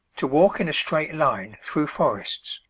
to walk in a straight line through forests